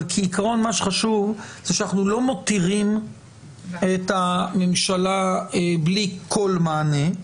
אבל כעיקרון מה שחשוב זה שאנחנו לא מותירים את הממשלה בלי כל מענה,